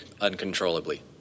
uncontrollably